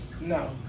No